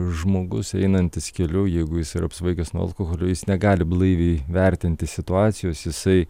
žmogus einantis keliu jeigu jis ir apsvaigęs nuo alkoholio jis negali blaiviai vertinti situacijos jisai